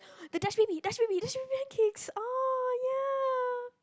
the pancakes orh ya